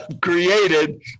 created